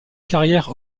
carrière